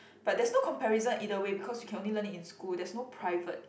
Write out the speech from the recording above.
but there's no comparison either way because you can only learn it in school there's no private